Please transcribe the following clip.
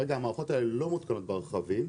כרגע המערכות האלה לא מותקנות ברכבים.